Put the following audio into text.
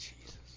Jesus